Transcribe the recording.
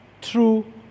true